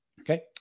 okay